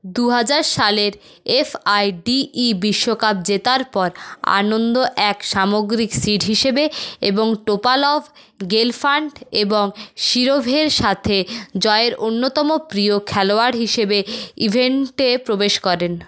দু হাজার সালের এফআইডিই বিশ্বকাপ জেতার পর আনন্দ এক সামগ্রিক সিড হিসেবে এবং টোপালভ গেলফান্ড এবং শিরভের সাথে জয়ের অন্যতম প্রিয় খেলোয়াড় হিসেবে ইভেন্টে প্রবেশ করেন